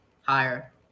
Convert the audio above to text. Higher